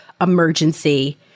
emergency